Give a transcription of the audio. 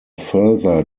further